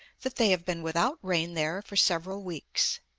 that they have been without rain there for several weeks.